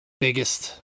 biggest